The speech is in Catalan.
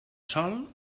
sol